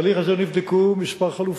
בתהליך הזה נבדקו כמה חלופות.